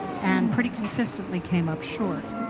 and pretty consistently came up short.